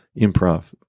improv